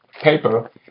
paper